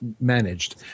managed